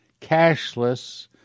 cashless